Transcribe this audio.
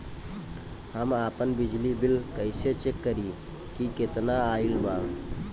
हम आपन बिजली बिल कइसे चेक करि की केतना आइल बा?